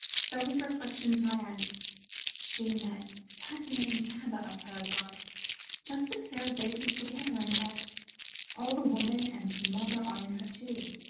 so his reflections ran she and that fascinating baba of hers, are just a pair of babies together, and yet all the woman and the mother are in her, too,